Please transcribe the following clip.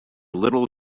little